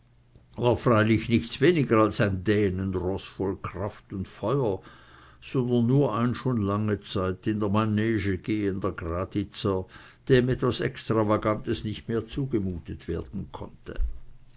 war freilich nichts weniger als ein dänenroß voll kraft und feuer sondern nur ein schon lange zeit in der manege gehender graditzer dem etwas extravagantes nicht mehr zugemutet werden konnte